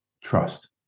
trust